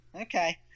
Okay